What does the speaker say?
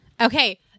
Okay